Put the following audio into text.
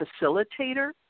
facilitator